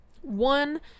one